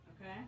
Okay